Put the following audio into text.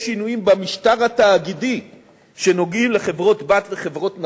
יש שינויים במשטר התאגידי שנוגעים לחברות-בנות וחברות נכדות,